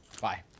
bye